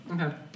Okay